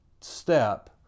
step